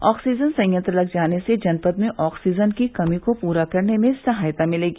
oxygen संयंत्र लग जाने से जनपद में ऑक्सीजन की कमी को पूरा करने में सहायता मिलेगी